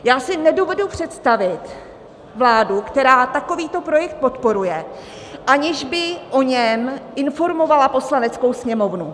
Já si nedovedu představit vládu, která takovýto projekt podporuje, aniž by o něm informovala Poslaneckou sněmovnu.